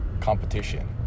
competition